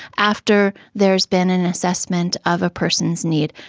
after there has been an assessment of a person's needs,